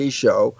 show